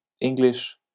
English